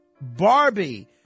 Barbie